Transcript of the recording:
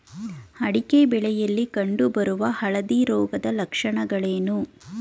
ಅಡಿಕೆ ಬೆಳೆಯಲ್ಲಿ ಕಂಡು ಬರುವ ಹಳದಿ ರೋಗದ ಲಕ್ಷಣಗಳೇನು?